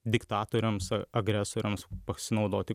diktatoriams agresoriams pasinaudoti